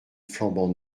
flambant